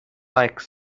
like